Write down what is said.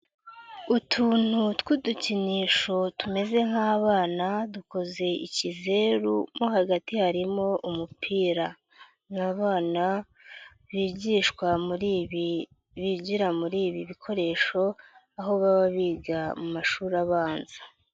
Utuntu tw'udukinisho tumeze nk'abana, dukoze ikizeru, mo hagati harimo umupira, ni abana bigishwa muri ibi, bigira muri ibi bikoresho, aho baba biga mu mashuri abanza.